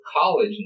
college